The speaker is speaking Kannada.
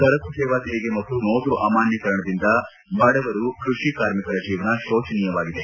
ಸರಕು ಸೇವಾ ತೆರಿಗೆ ಮತ್ತು ನೋಟು ಅಮಾನ್ಯೀಕರಣದಿಂದ ಬಡವರು ಕೃಷಿ ಕಾರ್ಮಿಕರ ಜೀವನ ಶೋಚನೀಯವಾಗಿದೆ